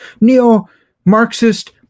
neo-Marxist